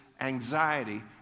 anxiety